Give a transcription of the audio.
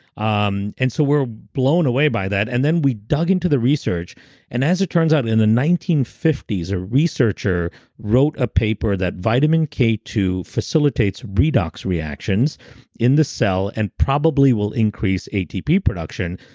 um and so we're blown away by that. and then we dug into the research and as it turns out in the nineteen fifty s, a researcher wrote a paper that vitamin k two facilitates redox reactions in the cell and probably will increase atp production.